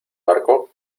barco